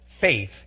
faith